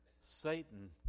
Satan